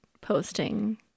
posting